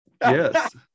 yes